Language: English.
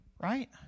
right